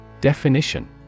Definition